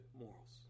morals